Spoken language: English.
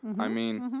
i mean,